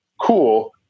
cool